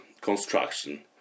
construction